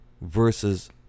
versus